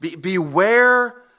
Beware